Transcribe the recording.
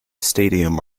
stadium